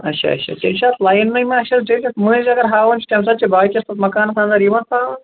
اچھا اچھا تیلہِ چھِ اَتھ لاینٕے ما چھِ اَتھ ڈیٚجَر مٔنٛزۍ اَگر ہاوان چھُ تَمہِ ساتہٕ چھا باقٕے یَس مکانَس اَنٛدر یِوان پاوَر